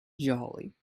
jolly